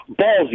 Ballsy